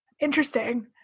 Interesting